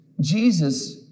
Jesus